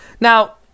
Now